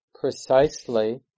precisely